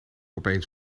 opeens